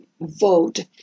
vote